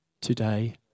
today